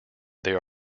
there